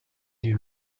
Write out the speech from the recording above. die